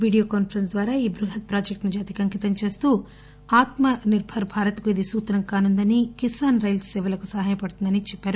video conference ద్వారా ఈ బృహత్ ప్రాజెక్టును జాతికి అంకితం చేస్తూ ఆయన ఆత్మ భారత్ కు ఇది సూత్రం కానుందని కిసాన్ రైళ్ల సేవలకు ఇది సహాయ పడుతుందని చెప్పారు